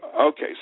Okay